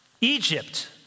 Egypt